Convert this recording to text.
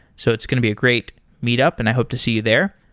so it's going to be a great meet up, and i hope to see you there.